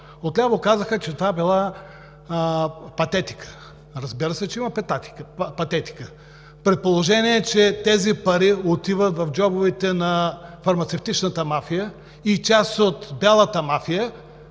От ляво казаха, че това била патетика. Разбира се, че има патетика, при положение че тези пари отиват в джобовете на фармацевтичната мафия и част от бялата мафия.